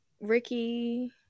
Ricky